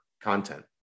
content